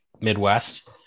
Midwest